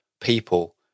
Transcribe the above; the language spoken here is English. people